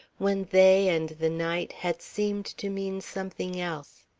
when they and the night had seemed to mean something else.